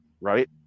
right